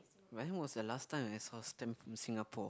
when was the last time I saw stamp from Singapore